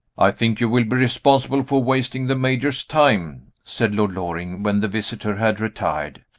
i think you will be responsible for wasting the major's time, said lord loring, when the visitor had retired.